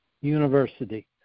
university